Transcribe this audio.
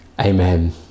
amen